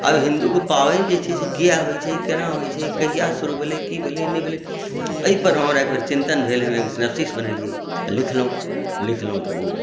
आब हिन्दूके पाबनि जे छै से किया होइत छै केना होइत छै कहिया शुरू भेलै की भेलै नहि भेलै एहिपर हमरा एक बेर चिन्तन भेल सिनोप्सिस बनेलियै आ लिखलहुँ लिखलहुँ तऽ ओ